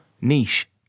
niche